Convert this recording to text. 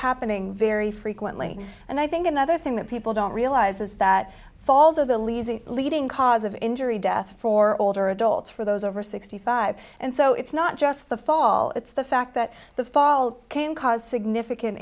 happening very frequently and i think another thing that people don't realize is that falls of the leaves a leading cause of injury death for older adults for those over sixty five and so it's not just the fall it's the fact that the fall can cause significant